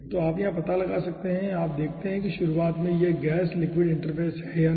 तो आप यहां पता लगा सकते हैं आप देखते हैं कि शुरुआत में यह गैस लिक्विड इंटरफ़ेस है या नहीं